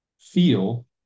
feel